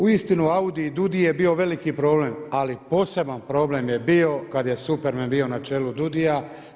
Uistinu AUDIO i DUUDI je bio veliki problem, ali poseban problem je bio kad je Superman bio na čelu DUUDI-a.